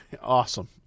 awesome